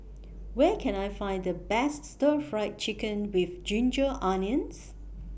Where Can I Find The Best Stir Fry Chicken with Ginger Onions